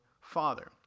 Father